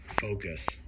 focus